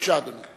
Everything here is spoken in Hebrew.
בבקשה, אדוני.